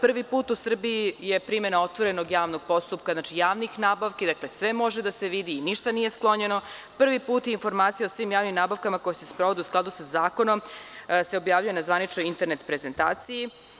Prvi put je u Srbiji primena otvorenog javnog postupka, znači, javnih nabavki, dakle, sve može da se vidi i ništa nije sklonjeno, prvi put, informacija o svim javnim nabavkama koje se sprovode u skladu sa zakonom se objavljuje na zvaničnoj internet prezentaciji.